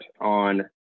on